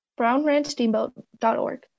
brownranchsteamboat.org